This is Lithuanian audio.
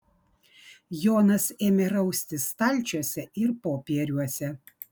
jonas ėmė raustis stalčiuose ir popieriuose